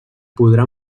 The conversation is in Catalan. podrà